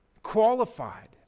Qualified